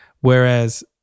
Whereas